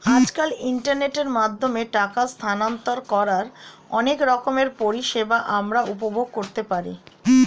আজকাল ইন্টারনেটের মাধ্যমে টাকা স্থানান্তর করার অনেক রকমের পরিষেবা আমরা উপভোগ করতে পারি